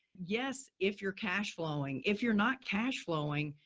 yes. if you're cash flowing, if you're not cash flowing,